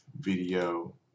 video